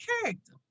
character